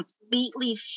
completely